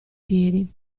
piedi